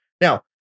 Now